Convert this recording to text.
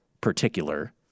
particular